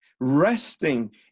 Resting